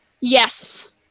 Yes